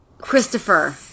Christopher